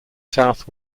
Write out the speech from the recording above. south